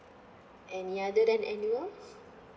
any other than annual